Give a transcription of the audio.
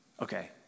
Okay